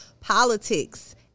politics